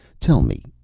tell me,